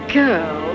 girl